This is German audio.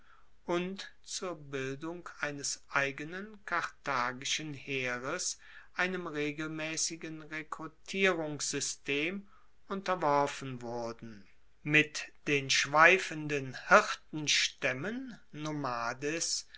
und zur bildung eines eigenen karthagischen heeres einem regelmaessigen rekrutierungssystem unterworfen wurden mit den schweifenden hirtenstaemmen